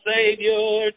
Savior